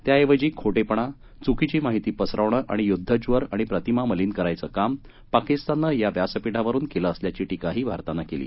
त्याऐवजी खोटेपणा चुकीचे माहिती पसरवणं आणि युद्धज्वर आणि प्रतिमा मलीन करण्याचं काम पाकिस्तानं या व्यासपीठावरून केलं असल्याची टीकाही भारतानं केली